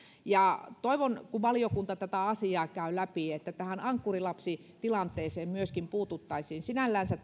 toivon että kun valiokunta tätä asiaa käy läpi niin myöskin tähän ankkurilapsitilanteeseen puututtaisiin sinällänsä